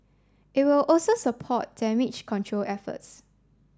it will also support damage control efforts